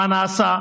מה נעשה,